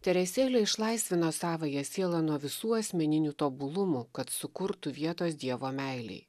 teresėlė išlaisvino savąją sielą nuo visų asmeninių tobulumų kad sukurtų vietos dievo meilei